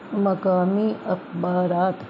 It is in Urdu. مقامی اخبارات